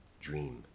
dream